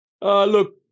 Look